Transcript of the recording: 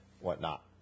whatnot